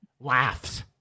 Laughs